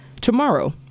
tomorrow